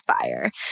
fire